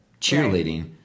cheerleading